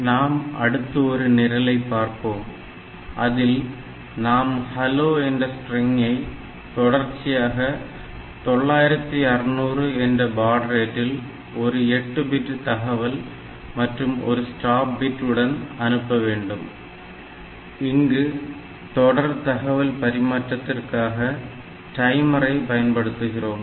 நாம் அடுத்து ஒரு நிரலை பார்ப்போம் அதில் நாம் ஹலோ என்ற ஸ்ட்ரிங்கை தொடர்ச்சியாக 9600 என்ற பாட் ரேட்டில் ஒரு 8 பிட் தகவல் மற்றும் 1 ஸ்டாப் பிட் உடன் அனுப்ப வேண்டும் இங்கு தொடர் தகவல் பரிமாற்றத்திற்காக டைமரை பயன்படுத்துகிறோம்